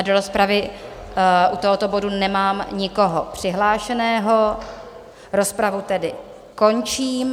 Do rozpravy u tohoto bodu nemám nikoho přihlášeného, rozpravu tedy končím.